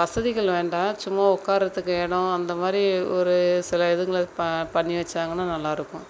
வசதிகள் வேண்டாம் சும்மா உக்கார்றதுக்கு இடோம் அந்த மாதிரி ஒரு சில இதுங்களை பா பண்ணி வைச்சாங்கன்னா நல்லாயிருக்கும்